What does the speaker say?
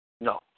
No